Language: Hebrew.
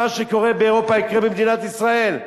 מה שקורה באירופה יקרה במדינת ישראל.